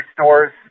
stores